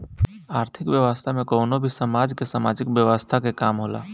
आर्थिक व्यवस्था में कवनो भी समाज के सामाजिक व्यवस्था के काम होला